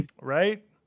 Right